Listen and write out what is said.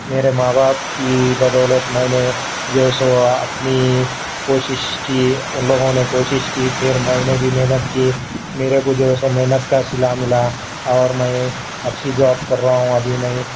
میرے ماں باپ کی بدولت میں نے جو سو اپنی کوشش کی ان لوگوں نے کوشش کی پھر میں نے بھی محنت کی میرے کو جو ہے سو محنت کا صلہ ملا اور میں اچھی جاب کر رہا ہوں ابھی میں